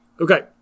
Okay